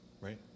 right